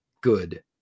good